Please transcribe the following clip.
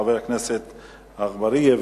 אנחנו נותנים את הבמה לחבר הכנסת אגבאריה,